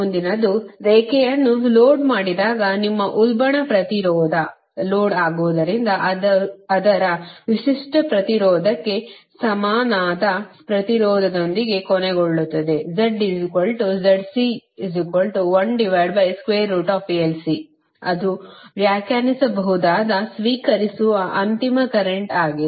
ಮುಂದಿನದು ರೇಖೆಯನ್ನು ಲೋಡ್ ಮಾಡಿದಾಗ ನಿಮ್ಮ ಉಲ್ಬಣವು ಪ್ರತಿರೋಧ ಲೋಡ್ ಆಗುವುದರಿಂದ ಅದರ ವಿಶಿಷ್ಟ ಪ್ರತಿರೋಧಕ್ಕೆ ಸಮನಾದ ಪ್ರತಿರೋಧದೊಂದಿಗೆ ಕೊನೆಗೊಳ್ಳುತ್ತದೆ ಅದು ನೀವು ವ್ಯಾಖ್ಯಾನಿಸಬಹುದಾದ ಸ್ವೀಕರಿಸುವ ಅಂತಿಮ ಕರೆಂಟ್ ಆಗಿದೆ